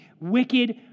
wicked